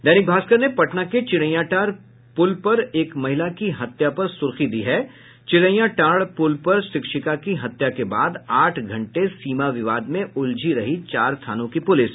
दैनिक भास्कर ने पटना के चिरैयाटांड़ पुल पर एक महिला की हत्या पर सुर्खी दी है चिरैयाटांड़ पुल पर शिक्षिका की हत्या के बाद आठ घंटे सीमा विवाद में उलझी रही चार थानों की पुलिस